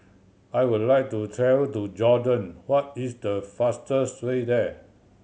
I would like to travel to Jordan what is the fastest way there